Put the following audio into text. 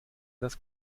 das